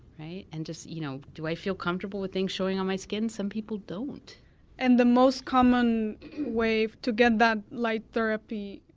and just, you know do i feel comfortable with things showing on my skin? some people don't and the most common wave to get that light therapy,